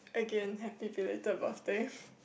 again happy belated birthday